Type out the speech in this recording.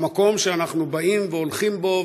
במקום שאנחנו באים והולכים בו,